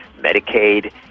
Medicaid